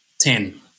ten